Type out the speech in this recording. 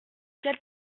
quelle